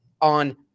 on